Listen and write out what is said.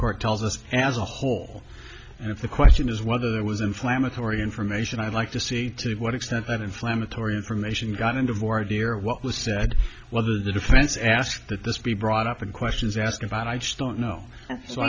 court tells us as a whole if the question is whether there was inflammatory information i'd like to see to what extent that inflammatory information got into more dear what was said whether the defense asked that this be brought up and questions asked about i just don't know so